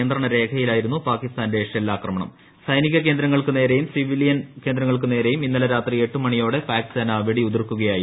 നിയന്ത്രണരേഖയിലായിരുന്നു പാക് സൈനിക കേന്ദ്രങ്ങൾക്ക് നേരെയും സിവിലിയൻ കേന്ദ്രങ്ങൾക്ക് നേരെയും ഇന്നലെ രാത്രി എട്ട് മണിയോടെ പാക് സേന വെടിയുതിർക്കുകയായിരുന്നു